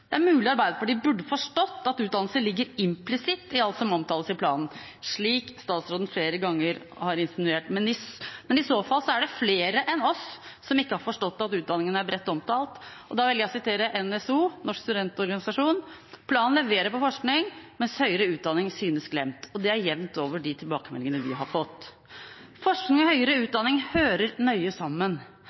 Det er mulig Arbeiderpartiet burde forstått at utdannelse ligger implisitt i alt som omtales i planen, slik statsråden flere ganger har insinuert, men i så fall er det flere enn oss som ikke har forstått at utdanninger er bredt omtalt. Da velger jeg å sitere NSO, Norsk studentorganisasjon: «Planen leverer på forskning, mens høyere utdanning synes glemt.» Det er jevnt over de tilbakemeldingene vi har fått. Forskning og høyere utdanning hører nøye sammen.